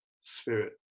spirit